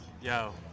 Yo